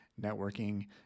networking